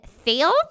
fail